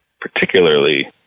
particularly